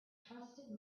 trusted